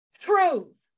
truths